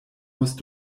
musst